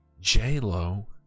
J-Lo